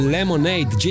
Lemonade